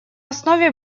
основе